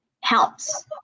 helps